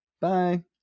Bye